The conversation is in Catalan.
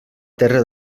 terra